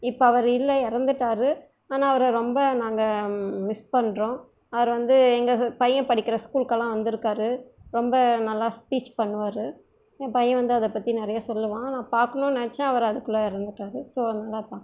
இப்போ அவர் இல்லை இறந்துட்டாரு ஆனால் அவரை ரொம்ப நாங்கள் மிஸ் பண்ணுறோம் அவர் வந்து எங்கள் ச பையன் படிக்கிற ஸ்கூல்க்கெலாம் வந்துருக்கார் ரொம்ப நல்லா ஸ்பீச் பண்ணுவார் என் பையன் வந்து அதை பற்றி நிறைய சொல்லுவான் நான் பார்க்கணுன் நினைச்சேன் அவர் அதுக்குள்ளே இறந்துட்டாரு ஸோ அதனால் பார்க்கல